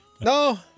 No